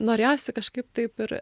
norėjosi kažkaip taip ir